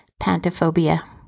pantophobia